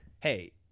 hey